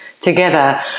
together